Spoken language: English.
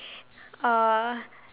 uh